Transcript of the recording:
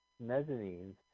mezzanines